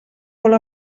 vol